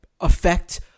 affect